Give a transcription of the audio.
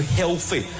healthy